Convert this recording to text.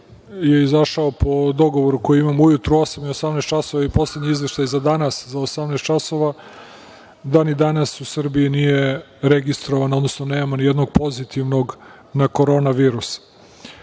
je izašao po dogovoru koji imam ujutru u 8,00 i 18,00 časova, i poslednji izveštaj za danas za 18,00 časova, da ni danas u Srbiji nije registrovano, odnosno nemamo ni jednog pozitivnog na korona virus. Ono